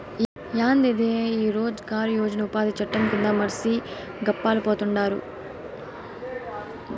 యాందిది ఈ రోజ్ గార్ యోజన ఉపాది చట్టం కింద మర్సి గప్పాలు పోతండారు